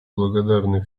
благодарны